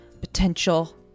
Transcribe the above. potential